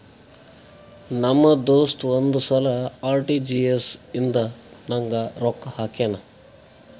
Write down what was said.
ನಮ್ ದೋಸ್ತ ಒಂದ್ ಸಲಾ ಆರ್.ಟಿ.ಜಿ.ಎಸ್ ಇಂದ ನಂಗ್ ರೊಕ್ಕಾ ಹಾಕ್ಯಾನ್